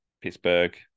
Pittsburgh